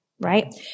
right